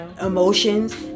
Emotions